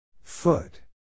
Foot